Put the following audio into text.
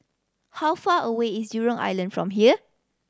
how far away is Jurong Island from here